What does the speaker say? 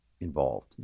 involved